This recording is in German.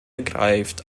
greift